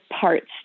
parts